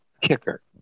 kicker